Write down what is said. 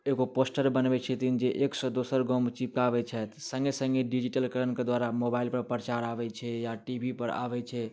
एगो पोस्टर बनबै छथिन जे एकसँ दोसर गाममे चिपकाबै छथि सङ्गे सङ्गे डिजिटलकरणके द्वारा मोबाइलपर प्रचार आबै छै या टी वी पर आबै छै